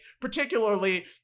Particularly